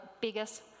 biggest